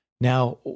Now